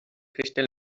crystal